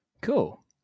cool